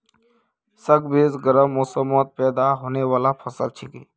squash गर्म मौसमत पैदा होने बाला फसल छिके